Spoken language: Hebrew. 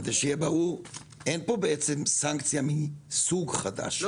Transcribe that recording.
כדי שיהיה ברור: אין פה סנקציה מסוג חדש,